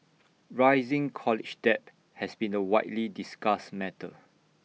rising college debt has been A widely discussed matter